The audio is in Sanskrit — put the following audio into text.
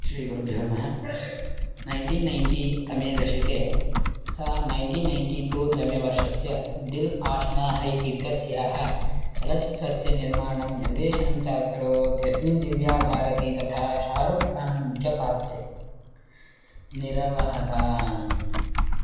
श्रीगुरुभ्यो नमः नैन्टीन् नैन्टीतमे दशके सा नैन्टीन् नैन्टी टु तमे वर्षस्य दिल् आश्ना है इत्यस्याः चलचित्रस्य निर्माणं निर्देशनं च अकरोत् यस्मिन् दिव्याभारती तथा शारुक् कान् मुख्यपात्रे निरवहताम्